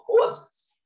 causes